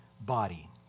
body